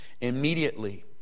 immediately